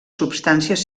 substàncies